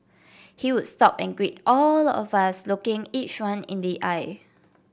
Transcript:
he would stop and greet all of us looking each one in the eye